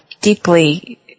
deeply